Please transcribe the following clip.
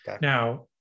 Now